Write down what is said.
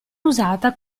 usata